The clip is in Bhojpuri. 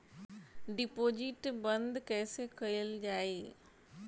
डिपोजिट बंद कैसे कैल जाइ?